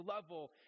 level